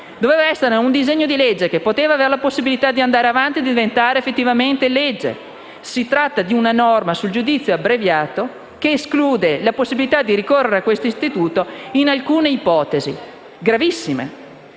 quel ramo del Parlamento, che doveva avere la possibilità di andare avanti e diventare effettivamente legge. Si trattava di una norma sul giudizio abbreviato che escludeva la possibilità di ricorrere a questo istituto in alcune ipotesi, gravissime.